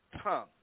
tongue